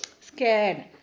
scared